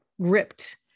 gripped